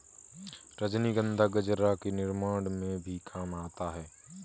रजनीगंधा गजरा के निर्माण में भी काम आता है